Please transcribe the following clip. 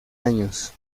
años